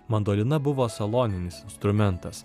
mandolina buvo saloninis instrumentas